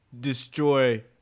destroy